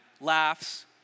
laughs